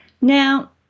Now